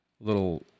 little